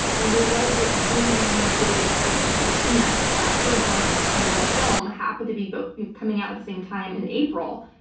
and there was this really big excitement between us that her book and my film happened to be but be coming out at the same time in april.